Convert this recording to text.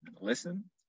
listen